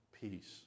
peace